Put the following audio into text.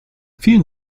vielen